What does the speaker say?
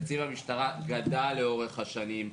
תקציב המשטרה גדל לאורך השנים,